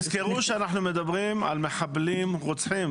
תזכרו שאנחנו מדברים על מחבלים רוצחים,